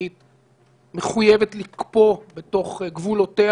ואמרתי קודם שאני מסכים עם מה שאמר חבר הכנסת סער,